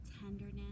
tenderness